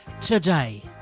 today